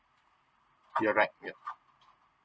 you are right yeah